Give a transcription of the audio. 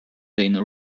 been